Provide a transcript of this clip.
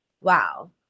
Wow